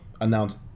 announce